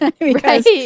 Right